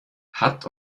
hat